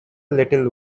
little